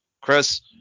chris